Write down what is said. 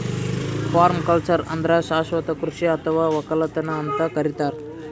permaculture ಅಂದ್ರ ಶಾಶ್ವತ್ ಕೃಷಿ ಅಥವಾ ವಕ್ಕಲತನ್ ಅಂತ್ ಕರಿತಾರ್